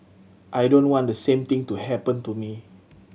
I don't want the same thing to happen to me